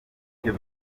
ibyo